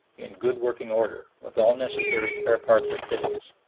in good working order, with all necessary spare parts and fittings.